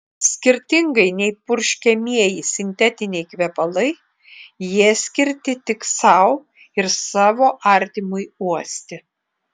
skirtingai nei purškiamieji sintetiniai kvepalai jie skirti tik sau ir savo artimui uosti